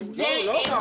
היא לא פשוטה,